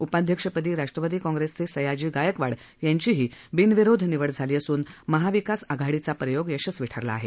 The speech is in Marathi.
उपाध्यक्षपदी राष्ट्रवादी काँप्रेसचे सयाजी गायकवाड यांचीही बिनविरोध निवड झाली असून महाविकास आघाडीचा प्रयोग यशस्वी ठरला आहे